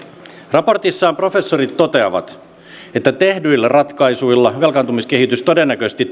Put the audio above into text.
raportissaan professorit toteavat että tehdyillä ratkaisuilla velkaantumiskehitys todennäköisesti